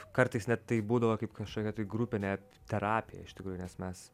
kartais net tai būdavo kaip kažkokia tai grupinė terapija iš tikrųjų nes mes